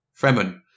Fremen